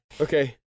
Okay